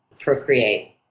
procreate